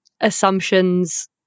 assumptions